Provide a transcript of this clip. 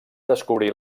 descobrir